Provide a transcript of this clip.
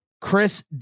Chris